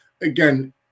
again